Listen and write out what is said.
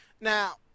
now